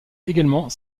également